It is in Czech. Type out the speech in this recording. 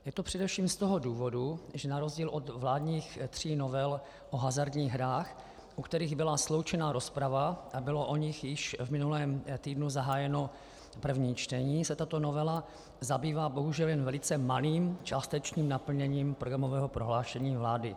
Je to především z toho důvodu, že na rozdíl od vládních tří novel o hazardních hrách, u kterých byla sloučena rozprava a bylo o nich již v minulém týdnu zahájeno první čtení, se tato novela zabývá bohužel jen velice malým, částečným naplněním programového prohlášení vlády.